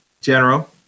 General